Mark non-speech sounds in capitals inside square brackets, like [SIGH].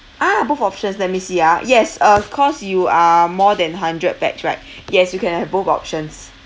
ah both options let me see ah yes uh cause you are more than hundred pax right [BREATH] yes you can have both options